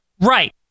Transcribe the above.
Right